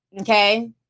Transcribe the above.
Okay